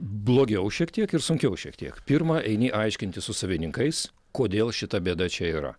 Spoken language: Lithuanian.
blogiau šiek tiek ir sunkiau šiek tiek pirma eini aiškintis su savininkais kodėl šita bėda čia yra